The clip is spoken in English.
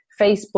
Facebook